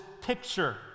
picture